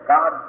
God